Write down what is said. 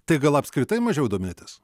tai gal apskritai mažiau domėtis